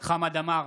חמד עמאר,